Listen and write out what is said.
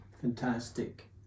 Fantastic